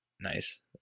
Nice